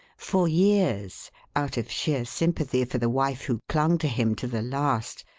for years out of sheer sympathy for the wife who clung to him to the last,